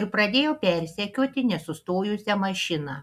ir pradėjo persekioti nesustojusią mašiną